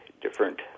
different